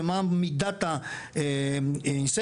ומה מידת ה-incentive,